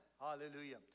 Hallelujah